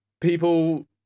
people